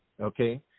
Okay